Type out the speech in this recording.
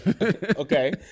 Okay